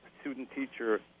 student-teacher